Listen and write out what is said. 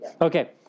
Okay